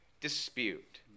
dispute